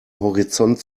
horizont